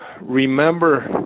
remember